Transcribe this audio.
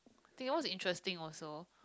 I think that was interesting also